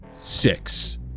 six